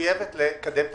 שמחויבת לקדם תחרות.